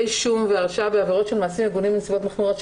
אישום והרשעה בעבירות של מעשים מגונים בנסיבות מחמירות,